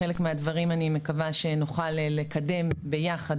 חלק מהדברים אני מקווה שנוכל לקדם ביחד